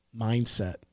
mindset